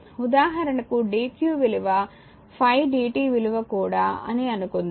ఉదాహరణకు dq విలువ 5 dt విలువ కూడా 5 అని అనుకుందాం